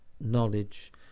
knowledge